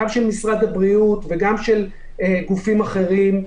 גם של משרד הבריאות וגם של גופים אחרים.